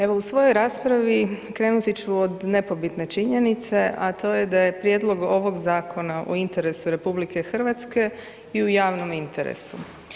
Evo u svojoj raspravi krenuti ću od nepobitne činjenice, a to je da je prijedlog ovog zakona u interesu RH i u javnom interesu.